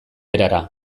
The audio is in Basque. erara